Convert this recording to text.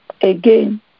again